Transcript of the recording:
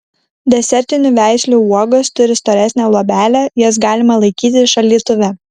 desertinių veislių uogos turi storesnę luobelę jas galima laikyti šaldytuve